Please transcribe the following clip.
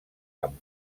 amb